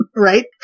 Right